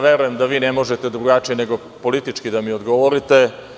Verujem da vi ne možete drugačije nego politički da mi odgovorite.